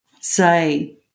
say